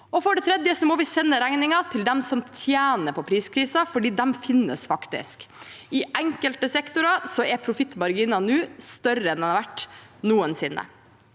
For det tredje må vi sende regningen til dem som tjener på priskrise, for de finnes faktisk. I enkelte sektorer er profittmarginene nå større enn de noensinne